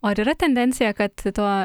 o ar yra tendencija kad to